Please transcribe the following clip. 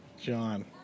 John